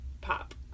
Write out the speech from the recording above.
Pop